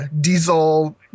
Diesel